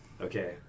Okay